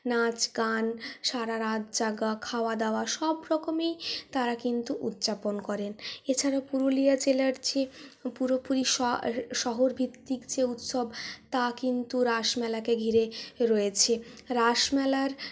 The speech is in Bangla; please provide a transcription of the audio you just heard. নাচ গান সারা রাত জাগা খাওয়া দাওয়া সবরকমই তারা কিন্তু উদযাপন করেন এছাড়া পুরুলিয়া জেলার যে পুরোপুরি শ শহরভিত্তিক যে উৎসব তা কিন্তু রাসমেলাকে ঘিরে রয়েছে রাসমেলার